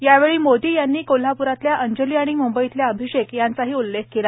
यावेळी मोदी यांनी कोल्हाप्रातल्या अंजली आणि म्ंबईतल्या अभिषेक यांचाही उल्लेख केला